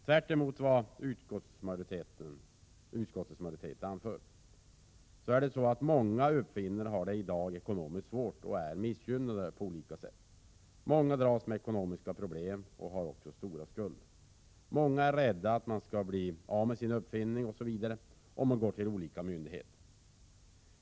Tvärtemot vad utskottsmajoriteten anför är många uppfinnare i dag missgynnade på olika sätt och har det ekonomiskt svårt. Många dras med ekonomiska problem och har stora skulder. Många är rädda för att de t.ex. skall bli av med sin uppfinning om de går till olika myndigheter.